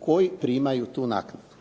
koji primaju tu naknadu.